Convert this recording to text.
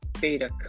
beta